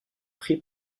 prix